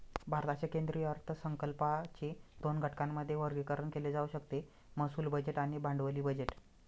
भारताच्या केंद्रीय अर्थसंकल्पाचे दोन घटकांमध्ये वर्गीकरण केले जाऊ शकते महसूल बजेट आणि भांडवली बजेट